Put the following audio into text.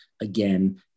again